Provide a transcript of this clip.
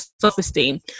self-esteem